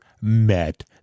met